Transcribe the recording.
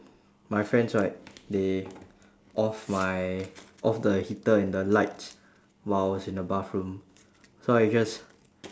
my friends right they off my off the heater and the lights while I was in the bathroom so I just